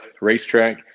Racetrack